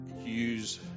use